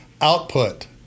output